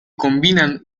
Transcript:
combinan